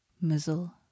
Mizzle